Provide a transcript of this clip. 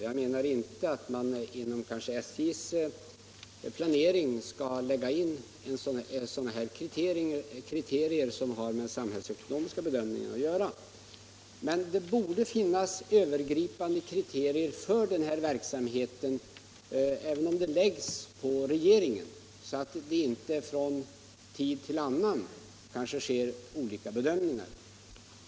Jag menade inte att i SJ:s planering skulle läggas in kriterier som har med samhällsekonomiska bedömningar att göra. Men det borde finnas övergripande kriterier för den här verksamheten även om besluten fattas av regeringen — så att det inte från tid till annan sker olika bedömningar.